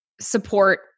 support